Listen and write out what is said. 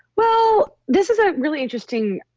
well, this is a really interesting